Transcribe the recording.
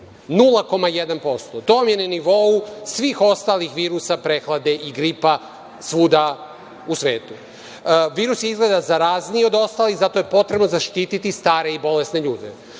0,1%. To vam je na nivou svih ostalih virusa, prehlade i gripa svuda u svetu. Virus je izgleda zarazniji od ostalih i zato je potrebno zaštiti stare i bolesne ljude. Druga